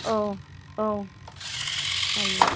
औ औ जायो